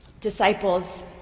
Disciples